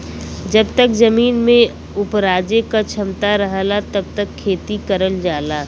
जब तक जमीन में उपराजे क क्षमता रहला तब तक खेती करल जाला